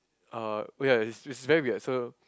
ah wait ya is is very weird so